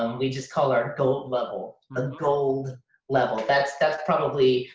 um we just call our gold level. a gold level. that's that's probably.